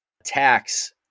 attacks